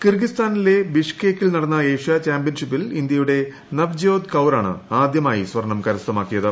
കിർഗിസ്ഥാനിലെ ബിഷ്കേക്കിൽ നടന്ന ഏഷ്യ ചാമ്പ്യൻഷിപ്പിൽ ഇന്ത്യയുടെ നവജോത് കൌറാണ് ആദ്യമായി സ്വർണ്ണം കരസ്ഥമാക്കിയത്